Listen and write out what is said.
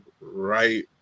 right